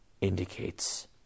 indicates